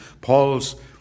Paul's